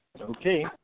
Okay